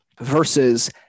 versus